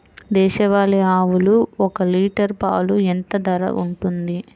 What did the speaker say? దేశవాలి ఆవులు ఒక్క లీటర్ పాలు ఎంత ధర ఉంటుంది?